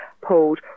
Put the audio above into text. pulled